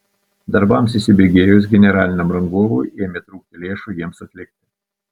darbams įsibėgėjus generaliniam rangovui ėmė trūkti lėšų jiems atlikti